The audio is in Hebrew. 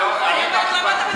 אני אאפשר לך לשאול.